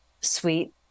sweet